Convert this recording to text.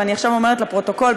ואני עכשיו אומרת לפרוטוקול,